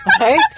Right